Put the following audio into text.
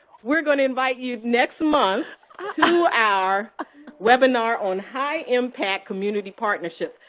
we're going to invite you next month to our webinar on high impact community partnerships.